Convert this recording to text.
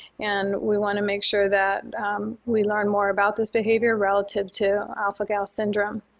and we want to make sure that we learn more about this behavior relative to alpha-gal syndrome.